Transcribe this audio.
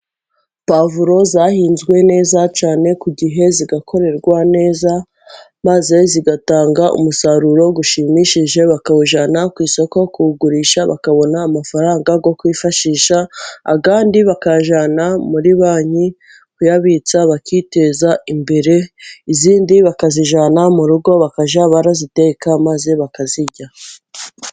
Puwavuro zahinzwe neza cyane ku gihe, zikorerwa neza maze zitanga umusaruro ushimishije, bakawujyana ku isoko kuwugurisha bakabona amafaranga yo kwifashisha, ayandi bakayajyana muri banki kuyabitsa bakiteza imbere, izindi bakazijyana mu rugo bakajya baraziteka maze bakazirya.